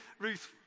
Ruth